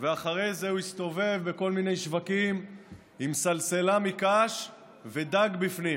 ואחרי זה הוא הסתובב בכל מיני שווקים עם סלסלה מקש ודג בפנים.